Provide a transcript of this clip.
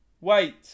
Wait